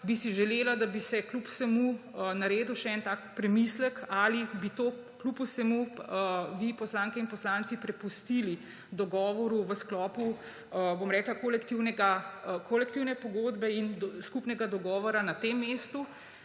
bi si želela, da bi se kljub vsemu naredil še en tak premislek, ali bi to kljub vsemu vi, poslanke in poslanci, prepustili dogovoru v sklopu kolektivne pogodbe in skupnega dogovora na tem mestu